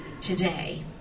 today